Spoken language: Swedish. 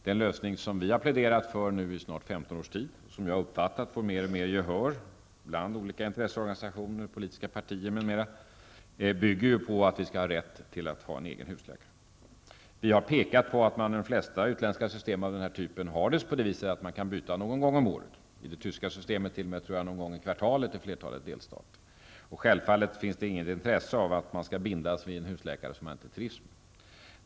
Den lösning som vi har pläderat för nu i snart 15 års tid och som får mer och mer gehör bland olika intresseorganisationer, politiska partier m.fl., bygger på att man skall ha rätt till en egen husläkare. Vi har pekat på att det i de flesta utländska system av den här typen är så att man kan byta husläkare någon gång om året -- i det tyska systemet t.o.m. någon gång i kvartalet i flertalet delstater. Självfallet finns det inget intresse av att man skall bindas till en husläkare som man inte trivs med.